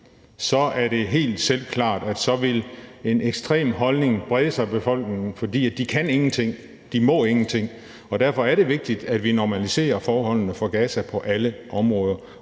sker, er det selvklart, at en ekstrem holdning vil brede sig i befolkningen, for de kan ingenting, og de må ingenting. Derfor er det vigtigt, at vi normaliserer forholdene i Gaza på alle områder